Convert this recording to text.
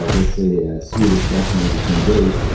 let's say a swedish lesson every ten days,